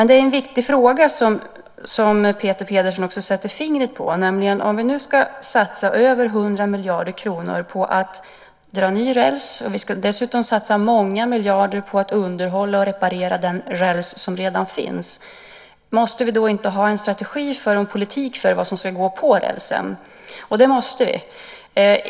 Det är en viktig fråga som Peter Pedersen sätter fingret på: Om vi ska satsa över 100 miljarder kronor på att dra nya räls, dessutom satsa många miljarder på att underhålla och reparera den räls som redan finns, måste vi då inte ha en strategi och politik för vad som ska gå på rälsen? Det måste vi.